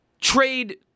Trade